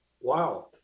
wow